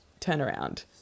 turnaround